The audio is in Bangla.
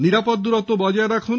নিরাপদ দূরত্ব বজায় রাখুন